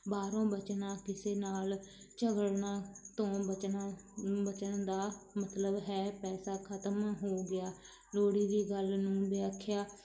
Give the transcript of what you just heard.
ਬਾਹਰੋਂ ਬਚਣਾ ਕਿਸੇ ਨਾਲ ਝਗੜਨਾ ਤੋਂ ਬਚਣਾ ਬਚਣ ਦਾ ਮਤਲਬ ਹੈ ਪੈਸਾ ਖ਼ਤਮ ਹੋ ਗਿਆ ਲੋੜੀਂਦੀ ਗੱਲ ਨੂੰ ਵਿਆਖਿਆ